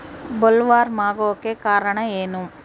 Bollworm ಆಗೋಕೆ ಕಾರಣ ಏನು?